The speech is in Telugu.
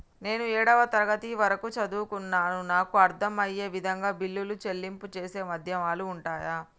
నేను ఏడవ తరగతి వరకు చదువుకున్నాను నాకు అర్దం అయ్యే విధంగా బిల్లుల చెల్లింపు చేసే మాధ్యమాలు ఉంటయా?